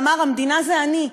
שאמר "המדינה זה אני".